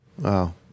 Wow